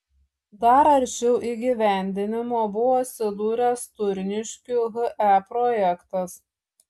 dar arčiau įgyvendinimo buvo atsidūręs turniškių he projektas